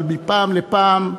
אבל מפעם לפעם,